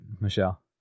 Michelle